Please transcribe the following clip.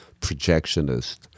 Projectionist